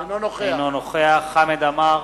אינו נוכח חמד עמאר,